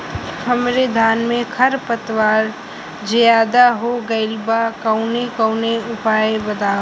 हमरे धान में खर पतवार ज्यादे हो गइल बा कवनो उपाय बतावा?